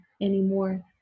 anymore